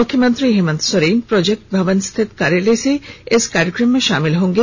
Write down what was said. मुख्यमंत्री हेमंत सोरेन प्रोजेक्ट भवन स्थित कार्यालय से इस कार्यक्रम में शामिल होंगे